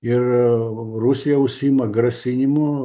ir rusija užsiima grasinimu